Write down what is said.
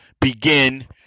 begin